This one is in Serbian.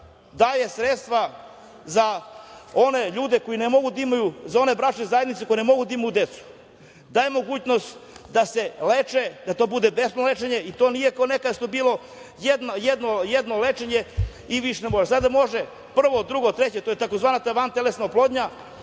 daje sredstva za one ljude, za one bračne zajednice koje ne mogu da imaju decu, daje mogućnost da se leče, da to bude besplatno lečenje i to nije, kao što je nekada bilo, jedno lečenje i više ne može. Sada može prvo, drugo, treće. To je ta tzv. vantelesna oplodnja